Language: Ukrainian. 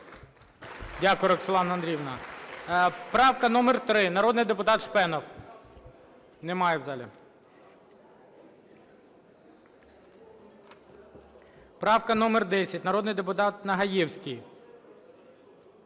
Дякую, Роксолана Андріївна. Правка номер 3, народний депутат Шпенов. Немає в залі. Правка номер 10, народний депутат Нагаєвський.